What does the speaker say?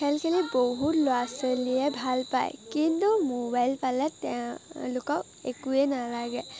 খেল খেলি বহুত ল'ৰা ছোৱালীয়ে ভাল পায় কিন্তু মোবাইল পালে তেওঁলোকক একোৱেই নালাগে